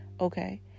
okay